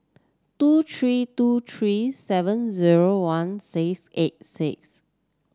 two three two three seven zero one six eight six